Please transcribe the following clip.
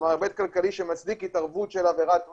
כלומר היבט כלכלי שמצדיק התערבות בעבירת מס,